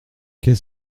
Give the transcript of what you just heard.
qu’est